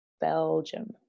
Belgium